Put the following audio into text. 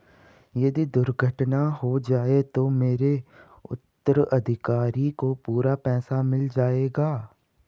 यदि दुर्घटना हो जाये तो मेरे उत्तराधिकारी को पूरा पैसा मिल जाएगा?